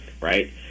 right